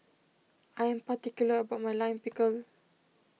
I am particular about my Lime Pickle